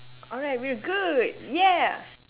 alright we're good yeah